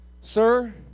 Sir